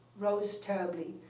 rose, terribly.